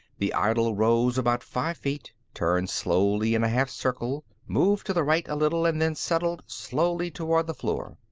the idol rose about five feet, turned slowly in a half-circle, moved to the right a little, and then settled slowly toward the floor.